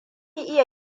iya